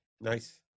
Nice